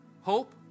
Hope